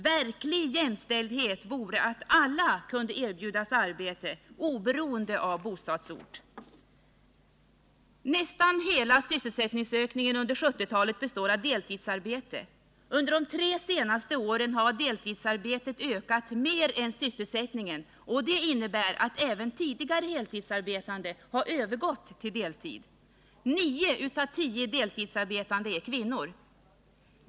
Verklig jämställdhet vore om alla kunde erbjudas arbete oberoende av bostadsort. Nästan hela sysselsättningsökningen under 1970-talet består av deltidsarbete. Under de tre senaste åren har deltidsarbetet ökat mer än sysselsättningen, vilket innebär att även tidigare heltidsarbetande övergått till deltid. Nio av tio deltidsarbetande är kvinnor.